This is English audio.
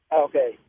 Okay